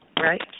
right